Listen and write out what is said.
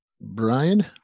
Brian